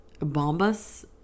Bombas